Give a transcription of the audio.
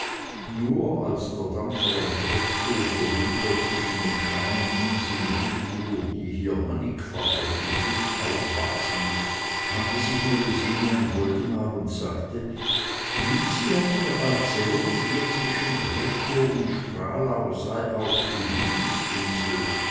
nur als der dampfer an treptow vorüber zwischen den kleinen inseln hinfuhr die hier mannigfach aus dem fluß aufwachsen wandte sich melusine an woldemar und sagte lizzi hat mir erzählt hier zwischen treptow und stralau sei auch die